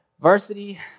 varsity